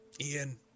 ian